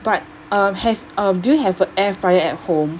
but um have uh do you have a air fryer at home